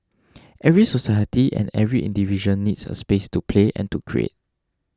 every society and every individual needs a space to play and to create